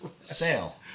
Sale